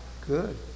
good